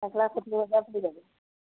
এক লাখ সত্তৰ হাজাৰ পৰি যাব